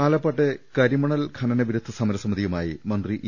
ആലപ്പാട്ടെ കരിമണൽ ഖനന വിരുദ്ധ സമരസമിതിയുമായി മന്ത്രി ഇ